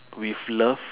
with love